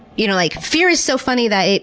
you know like fear is so funny that,